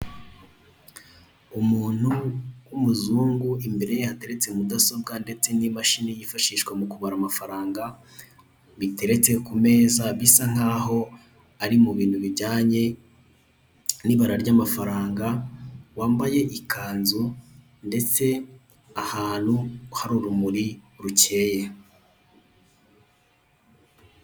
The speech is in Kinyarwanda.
Umuntu w'umuzungu imbere ye hateretse mudasobwa ndetse n'imashini yifashishwa mu kubara amafaranga, biteretse ku meza bisa nk'aho ari mu bintu bijyanye n'ibara ry'amafaranga, wambaye ikanzu ndetse ahantu hari urumuri rukeye.